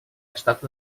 estat